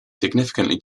significantly